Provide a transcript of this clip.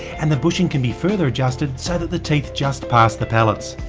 and the bushing can be further adjusted so that the teeth just pass the pallets.